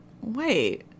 wait